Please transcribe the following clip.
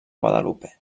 guadalupe